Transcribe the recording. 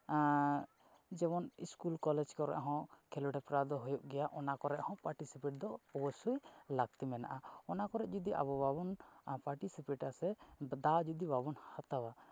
ᱡᱮᱢᱚᱱ school college ᱠᱚᱨᱮ ᱦᱚᱸ ᱠᱷᱮᱞᱳᱰ ᱦᱮᱯᱨᱟᱣ ᱫᱚ ᱦᱩᱭᱩᱜ ᱜᱮᱭᱟ ᱚᱱᱟ ᱠᱚᱨᱮ ᱦᱚᱸ ᱯᱟᱨᱴᱤᱥᱤᱯᱮᱴ ᱫᱚ ᱚᱵᱚᱥᱥᱳᱭ ᱞᱟᱹᱠᱛᱤ ᱢᱮᱱᱟᱜᱼᱟ ᱚᱱᱟ ᱠᱚᱨᱮᱫ ᱡᱩᱫᱤ ᱟᱵᱚ ᱵᱟᱵᱚᱱ ᱯᱟᱨᱴᱤᱥᱤᱯᱮᱴᱟ ᱥᱮ ᱫᱟᱣ ᱡᱩᱫᱤ ᱵᱟᱵᱚᱱ ᱦᱟᱛᱟᱣᱟ